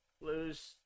lose